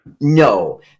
No